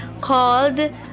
called